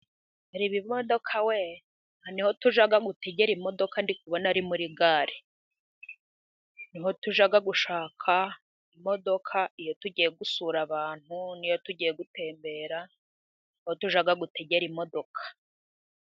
Reba imodoka we aha niho tujya gutegera imodoka ndikubona ari muri gare, niho tujya gushaka imodoka iyo tugiye gusura abantu niyo tugiye gutembera niho tujya gutegera imodoka.